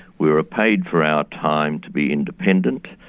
we were paid for our time to be independent.